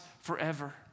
forever